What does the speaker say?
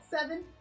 Seven